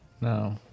No